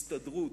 הסתדרות,